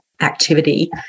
activity